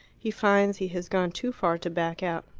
he finds he has gone too far to back out.